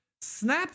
Snap